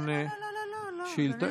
428. לא לא לא, אדוני היושב-ראש.